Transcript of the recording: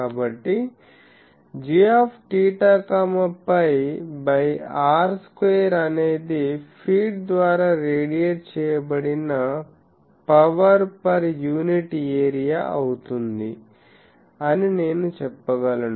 కాబట్టి gθφ by r square అనేది feed ద్వారా రేడియేట్ చేయబడిన పవర్ పర్ యూనిట్ ఏరియా అవుతుంది అని నేను చెప్పగలను